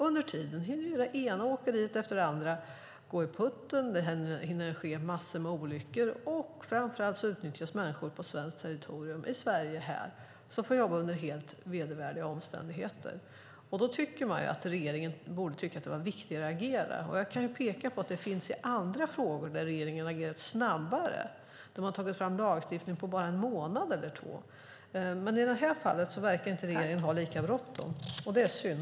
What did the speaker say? Under tiden hinner det ena åkeriet efter det andra gå i putten och det hinner ske massor med olyckor, och framför allt utnyttjas människor på svenskt territorium och får jobba under helt vedervärdiga omständigheter här i Sverige. Då borde regeringen tycka att det är viktigt att agera. Jag kan peka på att det finns andra frågor där regeringen har agerat snabbare, där man har tagit fram lagstiftning på bara en månad eller två. Men i detta fall verkar regeringen inte ha lika bråttom, och det är synd.